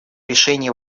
решение